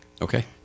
Okay